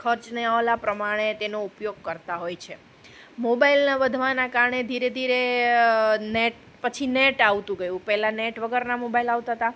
ખર્ચને ઓલા પ્રામાણે તેનો ઉપયોગ કરતાં હોય છે મોબાઇલના વધવાનાં કારણે ધીરે ધીરે નેટ પછી નેટ આવતું ગયું પહેલાં નેટ વગરના મોબાઈલ આવતાં હતાં